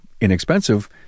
Inexpensive